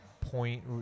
point